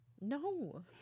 no